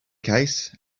case